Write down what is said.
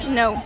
no